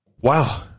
wow